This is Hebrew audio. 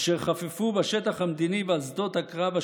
אשר חפפו בשטח המדיני ועל שדות הקרב,